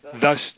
Thus